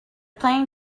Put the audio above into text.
playing